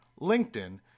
LinkedIn